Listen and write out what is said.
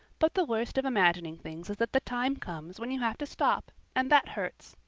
but the worst of imagining things is that the time comes when you have to stop and that hurts.